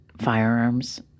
firearms